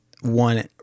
one